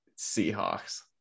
Seahawks